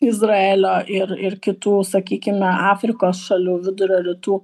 izraelio ir ir kitų sakykime afrikos šalių vidurio rytų